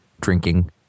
drinking